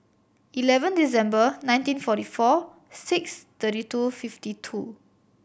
eleven December nineteen forty four six thirty two fifty two